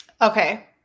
Okay